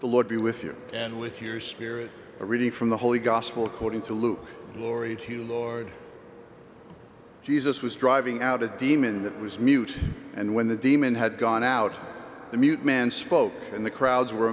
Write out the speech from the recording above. the lord be with you and with your spirit a reading from the holy gospel according to luke laurie to you lord jesus was driving out a demon that was mute and when the demon had gone out the mute man spoke and the crowds were